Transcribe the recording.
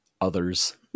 others